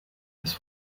ist